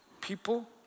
people